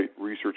Research